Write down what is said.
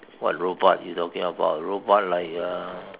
what robot you talking about robot like uh